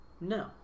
No